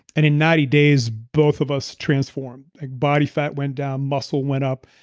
and in ninety days, both of us transformed, like body fat went down, muscle went up,